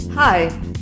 Hi